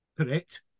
correct